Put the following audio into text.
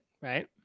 right